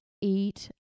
eat